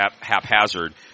haphazard